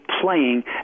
playing